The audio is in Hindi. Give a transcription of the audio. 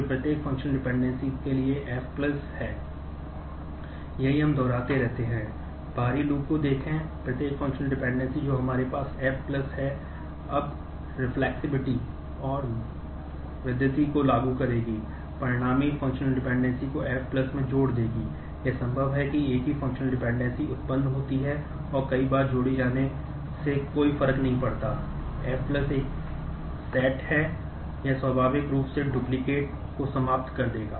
इसलिए क्लोजर को समाप्त कर देगा